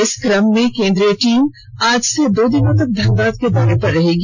इस क्रम में केंद्रीय टीम आज से दो दिनों तक धनबाद के दौरे पर रहेगी